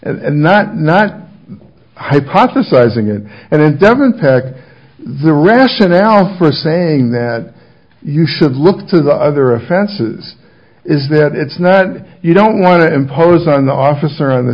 and not not hypothesizing it and it doesn't pack the rationale for saying that you should look to the other offenses is that it's not you don't want to impose on the officer on the